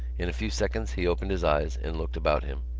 in a few seconds he opened his eyes and looked about him.